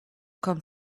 kommt